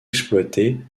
exploité